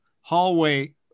hallway